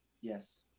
Yes